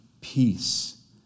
peace